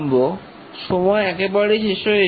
সময় একেবারেই শেষ হয়ে এসেছে